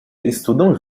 estudam